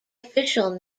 official